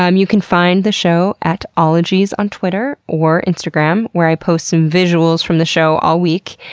um you can find the show at ologies on twitter or instagram where i post some visuals from the show all week,